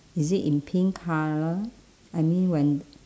is it in pink colour I mean when